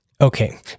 Okay